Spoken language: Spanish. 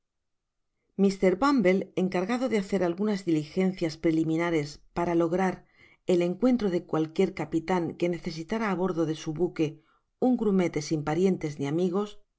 mr bumble encargado de hacer algunas diligencias prelimi nares para lograr el encuentro de cualquiera capitan que necesitara á bordo de su buque un grumete sin parientes ni amigos